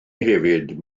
hefyd